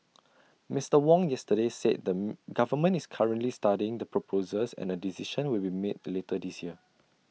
Mister Wong yesterday said the government is currently studying the proposals and A decision will be made later this year